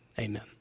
amen